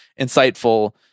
insightful